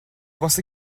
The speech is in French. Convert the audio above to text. pensez